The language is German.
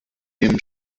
dem